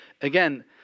Again